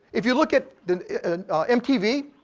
if you look at mtv,